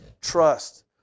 trust